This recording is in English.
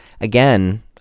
again